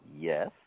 Yes